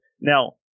Now